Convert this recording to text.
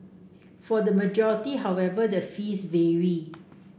for the majority however the fees vary